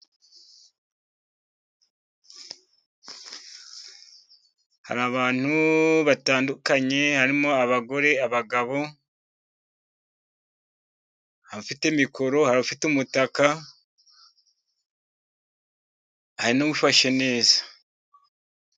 Hari abantu batandukanye, harimo abagore abagabo bafite mikoro hari ufite umutaka, hari n'uwifashe neza.